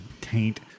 taint